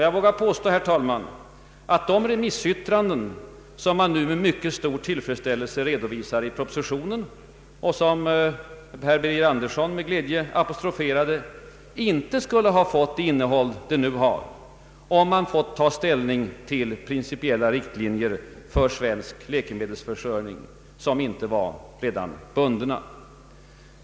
Jag vågar påstå, herr talman, att de remissyttranden som man nu med mycket stor tillfredsställelse redovisar i propositionen och som herr Birger Andersson med glädje apostroferade, inte skulle ha givits det innehåll de nu har, om man fått ta ställning till principiella riktlinjer för svensk läkemedelsförsörjning och icke varit bunden.